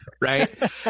Right